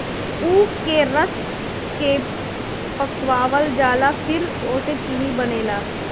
ऊख के रस के पकावल जाला फिर ओसे चीनी बनेला